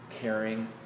caring